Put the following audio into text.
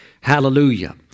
Hallelujah